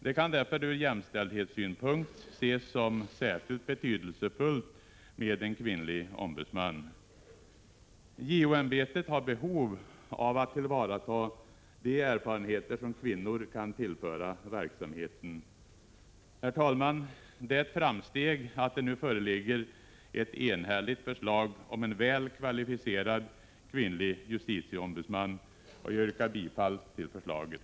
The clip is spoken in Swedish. Det kan därför ur jämställdhetssynpunkt ses som särskilt betydelsefullt med en kvinnlig ombudsman. JO-ämbetet har behov av att tillvarata de erfarenheter som kvinnor kan tillföra verksamheten. Det är ett framsteg att det nu föreligger ett enhälligt förslag om en väl kvalificerad kvinnlig justitieombudsman. Jag yrkar bifall till förslaget.